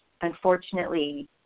unfortunately